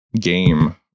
game